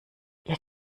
ihr